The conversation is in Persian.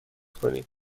کنید